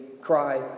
cry